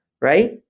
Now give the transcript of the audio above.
right